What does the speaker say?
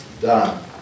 done